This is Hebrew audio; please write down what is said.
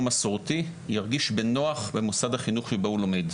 מסורתי ירגיש בנוח במוסד החינוך שבו הוא לומד.